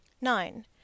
Nine